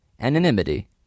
anonymity